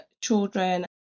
children